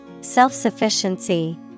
Self-sufficiency